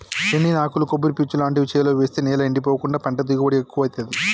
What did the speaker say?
ఎండిన ఆకులు కొబ్బరి పీచు లాంటివి చేలో వేస్తె నేల ఎండిపోకుండా పంట దిగుబడి ఎక్కువొత్తదీ